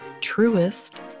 truest